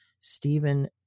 Stephen